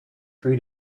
three